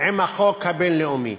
עם החוק הבין-לאומי.